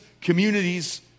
communities